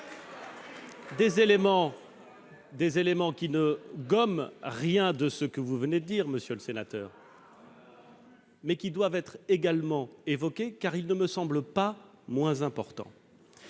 d'éléments qui ne gomment en rien ce que vous venez de dire, monsieur le sénateur, mais qui doivent être mentionnés, car ils ne me semblent pas moins importants.